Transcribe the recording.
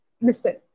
Listen